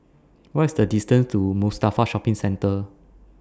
What IS The distance to Mustafa Shopping Centre